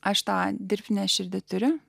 aš tą dirbtinę širdį turiu